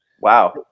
Wow